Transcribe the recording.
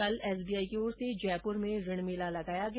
कल एसबीआई की ओर से जयपूर में ऋण मेला लगाया गया